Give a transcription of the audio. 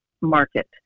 market